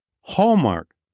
hallmark